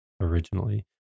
originally